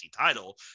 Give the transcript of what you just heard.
title